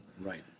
Right